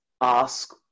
ask